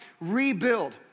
Rebuild